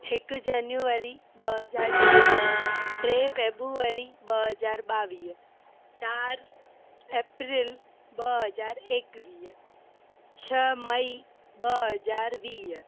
हिकु जान्युआरी ॿ हज़ार टेवीह टे फेबुअरी ॿ हज़ार ॿावीह चारि एप्रिल ॿ हज़ार एकवीह छह मई ॿ हज़ार वीह